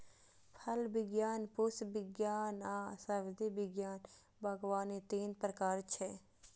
फल विज्ञान, पुष्प विज्ञान आ सब्जी विज्ञान बागवानी तीन प्रकार छियै